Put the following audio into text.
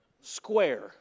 square